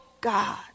God